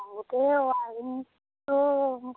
আগতে ৱায়াৰিঙটো